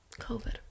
COVID